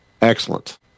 excellent